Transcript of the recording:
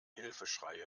hilfeschreie